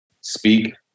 speak